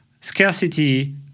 scarcity